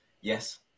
Yes